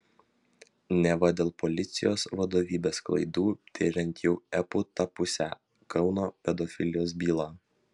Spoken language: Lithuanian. neva dėl policijos vadovybės klaidų tiriant jau epu tapusią kauno pedofilijos bylą